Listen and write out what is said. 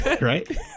right